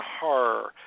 horror